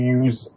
use